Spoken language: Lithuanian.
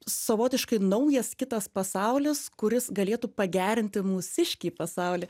savotiškai naujas kitas pasaulis kuris galėtų pagerinti mūsiškį pasaulį